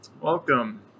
Welcome